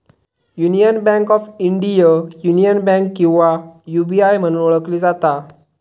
union bank of India, union bank किंवा UBI म्हणून ओळखली जाता